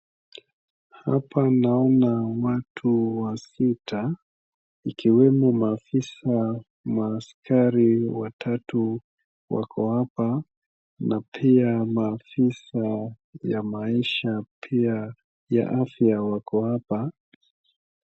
Hapa naona watu wasita, ikiwemo maafisa maskari watatu wako hapa na pia maafisa ya maisha pia ya afya wako hapa.